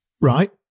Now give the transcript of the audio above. Right